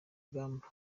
rugamba